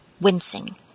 wincing